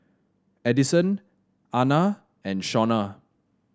Edison Ana and Shonna